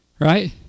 Right